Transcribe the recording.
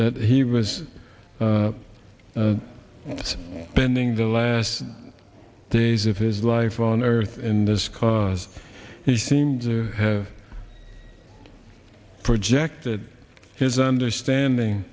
that he was bending the last days of his life on earth in this cause he seemed to have projected his understanding